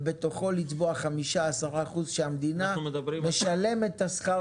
ובתוכו לצבוע 5% 10% שהמדינה משלמת את שכר